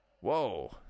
whoa